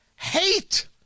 Hate